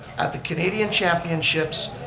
at the canadian championships,